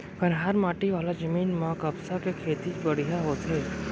कन्हार माटी वाला जमीन म कपसा के खेती बड़िहा होथे